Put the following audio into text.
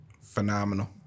phenomenal